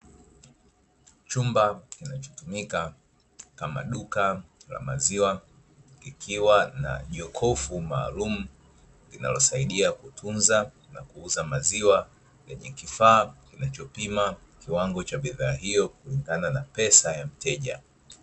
Chumba kinachotumika kama duka la maziwa kikiwa na jokofu maalumu, linalosaidia kutunza na kuuza maziwa yenye kifaa kinachopima kiwango cha bidhaa hio kulingana na pesa ya mteja.